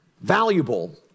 valuable